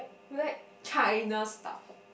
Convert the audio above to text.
you like China stuff